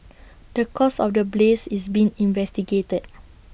the cause of the blaze is being investigated